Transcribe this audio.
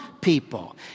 people